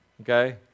okay